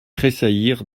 tressaillir